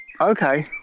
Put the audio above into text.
Okay